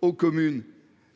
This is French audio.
aux communes.